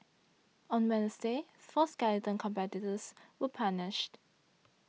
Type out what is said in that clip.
on Wednesday four skeleton competitors were punished